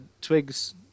Twig's